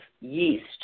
yeast